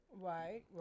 Right